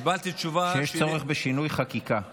קיבלתי תשובה, שיש צורך בשינוי חקיקה כדי,